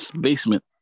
basement